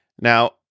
Now